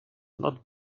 not